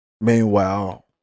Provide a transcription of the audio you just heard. Meanwhile